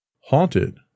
haunted